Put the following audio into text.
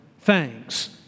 Thanks